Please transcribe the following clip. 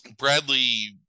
bradley